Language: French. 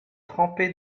trempé